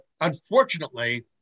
Unfortunately